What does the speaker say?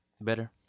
better